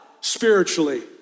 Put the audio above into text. spiritually